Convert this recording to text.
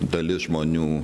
dalis žmonių